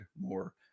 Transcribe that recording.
more